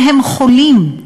שהם חולים,